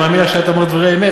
למה אתה אומר שלא הוספנו?